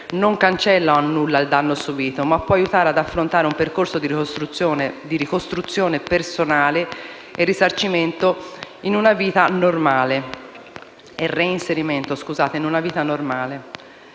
non cancella e non annulla il danno subito ma può aiutare ad affrontare un percorso di ricostruzione personale e reinserimento in una vita normale.